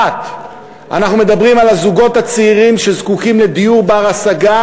1. אנחנו מדברים על הזוגות הצעירים שזקוקים לדיור בר-השגה,